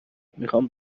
میخام